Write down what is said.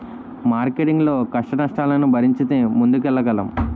marketing లో కష్టనష్టాలను భరించితే ముందుకెళ్లగలం